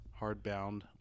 hardbound